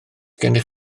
gennych